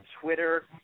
Twitter